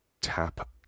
tap